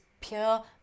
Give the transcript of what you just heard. pure